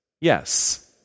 Yes